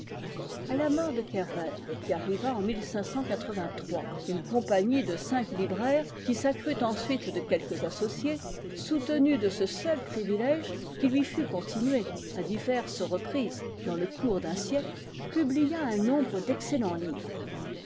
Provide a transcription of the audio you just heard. à la mort de kerver qui arriva en une compagnie de cinq libraires qui s'accrut ensuite de quelques associés soutenue de ce seul privilège qui lui fut continué à diverses reprises dans le cours d'un siècle publia un nombre d'excellents livres